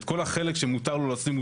את כל החלק שמותר לו לשים,